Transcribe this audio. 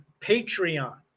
Patreon